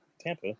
Tampa